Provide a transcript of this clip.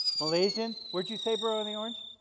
malaysian? where'd you say bro in the orange?